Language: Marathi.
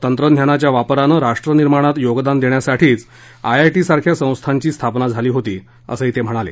तंत्रज्ञानाच्या वापरानं राष्ट्र निर्माणात योगदान देण्यासाठीच आयआयटी सारख्या संस्थांची स्थापना झाली होती असंही ते म्हणाले